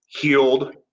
healed